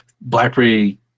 blackberry